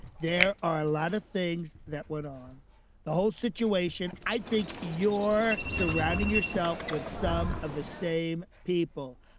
there are a lot of things that went on the whole situation. i think your surrounding yourself with some of the same people.